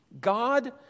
God